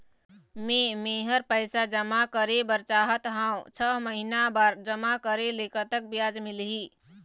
मे मेहर पैसा जमा करें बर चाहत हाव, छह महिना बर जमा करे ले कतक ब्याज मिलही?